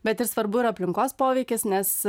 bet ir svarbu yra aplinkos poveikis nes